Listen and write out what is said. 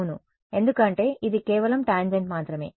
అవును ఎందుకంటే ఇది కేవలం టాంజెంట్ మాత్రమే